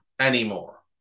anymore